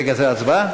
רגע, זה הצבעה?